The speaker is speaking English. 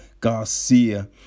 Garcia